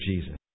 Jesus